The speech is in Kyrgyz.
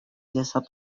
жасап